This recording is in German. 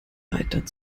reitern